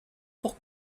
pour